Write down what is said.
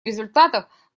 результатов